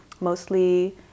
mostly